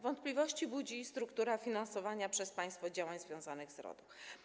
Wątpliwości budzi struktura finansowania przez państwo działań związanych z RODO.